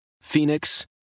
Phoenix